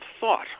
thought